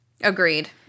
Agreed